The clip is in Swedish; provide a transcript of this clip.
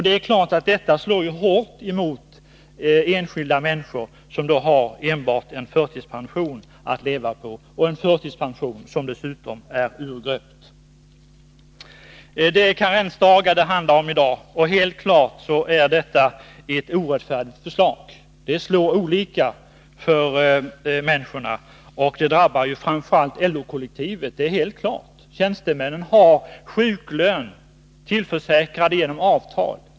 Detta slår givetvis hårt mot enskilda människor, som har enbart en förtidspension att leva på — en förtidspension som dessutom är urgröpt. Det är karensdagar det handlar om i dag, och detta är helt klart ett orättfärdigt förslag. Det slår olika mot människorna, och det drabbar framför allt LO-kollektivet. Tjänstemän har tillförsäkrats sjuklön genom avtal.